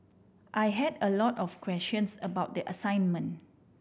I had a lot of questions about the assignment